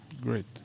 great